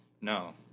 no